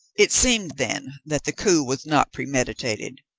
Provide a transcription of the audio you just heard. it seemed, then, that the coup was not premeditated.